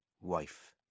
Wife